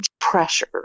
pressure